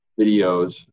videos